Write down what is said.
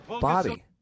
body